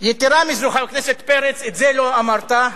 חבר הכנסת פרץ, את זה לא אמרת: